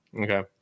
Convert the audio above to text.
Okay